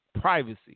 Privacy